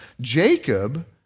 Jacob